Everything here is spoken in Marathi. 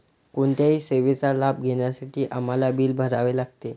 कोणत्याही सेवेचा लाभ घेण्यासाठी आम्हाला बिल भरावे लागते